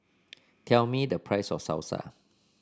tell me the price of Salsa